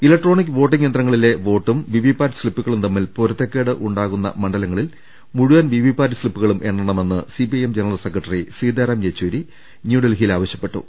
electronic voting യന്ത്രത്തിലെ വോട്ടും VVPAT സ്ലിപു കളും തമ്മിൽ പൊരുത്തക്കേട് ഉണ്ടാകുന്ന മണ്ഡലങ്ങളിൽ മുഴുവൻ വിപി പാറ്റും എണ്ണമെന്ന് സിപിഐഎം ജനറൽ സെക്രട്ടറി സീതാറാം യെച്ചൂരി ന്യൂഡൽഹിയിൽ ആവശ്യപ്പെട്ടു